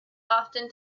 often